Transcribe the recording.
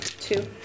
Two